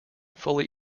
fully